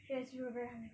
yes we were very hungry